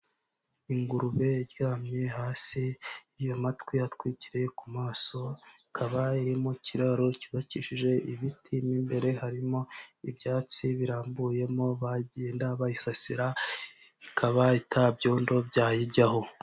Ingurube iryamye hasi iyo matwi atwikiriye ku maso ikaba iri mu kiraro cyubakishije ibiti, mu imbere harimo ibyatsi birambuyemo bagenda bayisasira ikaba nta byondo byayijyaho.